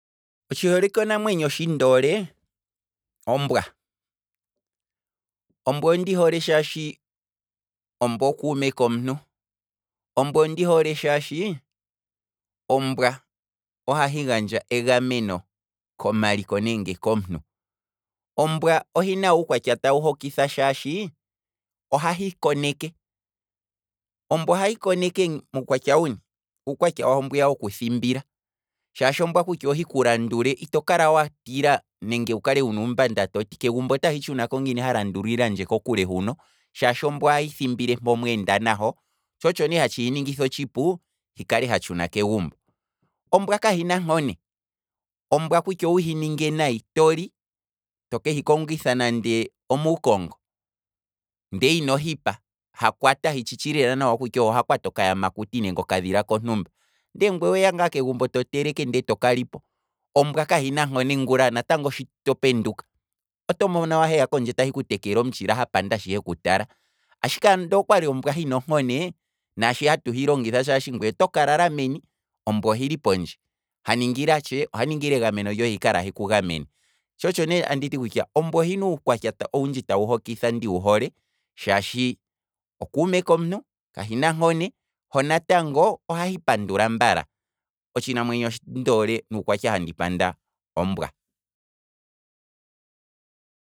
Otshi holike namwenyo shi ndoole, ombwa, ombwa ondi hoole shaashi, ombwa okuume komuntu, ombwa ondi hoole shaashi, ombwa, ahi gandja egameno komaliko nenge komuntu, ombwa ohina uukwatya tawu hokitha shaashi, ohahi koneke, ombwa ohahi koneke mukwatya wuni? Uukwatya waho mbwiya woku thimbila shaashi ombwa kutya hiku landule itokala watila nenge wuna uumbanda kutya kegumbo othi tshunako ngiini ha landulilandje kokule huno, shaashi ombwa ohahi thimbile mpo mweenda naho, tsho otsho nee hatshi hiningitha otshipu, hi kale ha tshuna kegumbo. Ombwa kahina onkone, ombwa kutya wu hininge nayi toli, toke hi kongitha nande omuukongo, ndele ino hipa, hakwata, hi tshitshi lela nawa kutya oho ha kwata okaya makuti nenge okadhila kontumba, ndee ngweye oweya ngaa kegumbo to teleke ndele toka lipo, ombwa kahina nkone, natango ngula shi topenduka, oto mono wala heya kungweye tahi ku tekele omutshila ha panda shi heku tala, ashike ando okwali ombwa hina onkone naashi hatu hi longitha shaashi ngweye otoka lala meni, ombwa ohili pondje, ha ningila tshee, oha ningila egameno lyohe, hi kale tahi ku gamene, tsho otsho ne anditi kutya ombwa ohina uukwatya owundji tawu hokitha ndiwu hole shaashi okuume komuntu, ka hina nkone, ho natango ohahi pandula mbala, otshinamwenyo sho ndoole nuukwatya handi panda, ombwa.